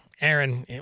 Aaron